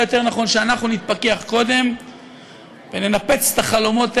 אולי יותר נכון שאנחנו נתפכח קודם וננפץ את החלומות האלה,